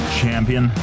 champion